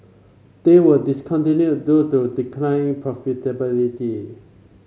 they were discontinued due to declining profitability